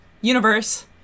universe